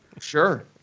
Sure